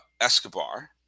Escobar